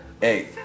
Hey